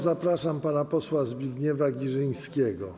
Zapraszam pana posła Zbigniewa Girzyńskiego.